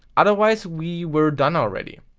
otherwise we were done already.